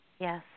Yes